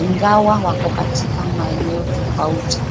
ingawa wako katika maeneo tofauti.